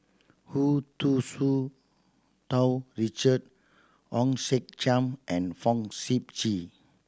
Hu Tsu Tau Richard Hong Sek Chern and Fong Sip Chee